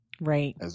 Right